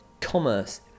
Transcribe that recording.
Commerce